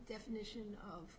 definition of